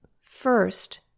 First